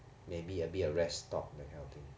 maybe a bit a rest stop that kind of thing